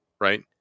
right